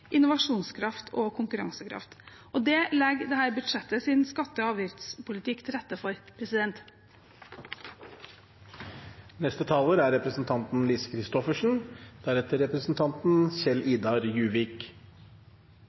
innovasjonskraft og konkurransekraft. Det legger dette budsjettet med skatte- og avgiftspolitikken til rette for. Skattepolitikken er